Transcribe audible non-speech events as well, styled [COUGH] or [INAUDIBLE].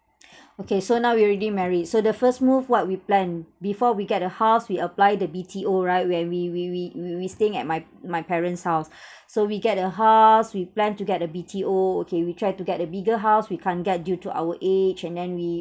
[BREATH] okay so now we already married so the first move what we planned before we get a house we apply the B_T_O right where we we we we we staying at my my parent's house [BREATH] so we get a house we planned to get a B_T_O okay we try to get a bigger house we can't get due to our age and then we